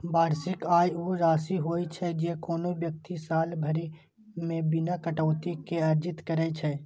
वार्षिक आय ऊ राशि होइ छै, जे कोनो व्यक्ति साल भरि मे बिना कटौती के अर्जित करै छै